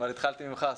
אבל התחלתי ממך,